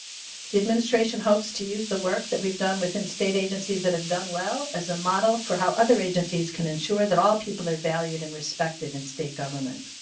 the administration hopes to use the work that we've done with and state agencies that have done well well as a model for how other agencies can ensure that all people are valued and respected in state government.